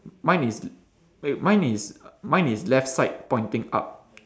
mine is wait mine is mine is left side pointing up